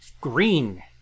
green